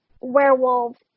werewolves